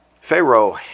Pharaoh